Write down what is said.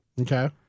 Okay